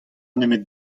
nemet